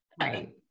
Right